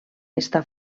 està